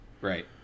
Right